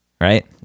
right